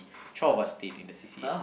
twelve of us stayed in the c_c_a